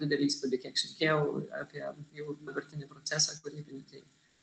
didelį įspūdį kiek šnekėjau apie jau dabartinį procesą kūrybinį tai